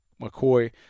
McCoy